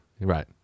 right